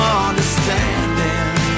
understanding